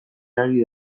ari